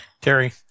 Terry